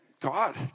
God